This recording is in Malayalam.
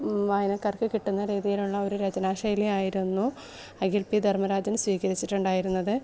വായക്കാർക്ക് കിട്ടുന്ന രീതിയിലുള്ള ഒരു രചനാശൈലി ആയിരുന്നു അഖിൽ പി ധർമ്മരാജൻ സ്വീകരിച്ചിട്ടുണ്ടായിരുന്നത്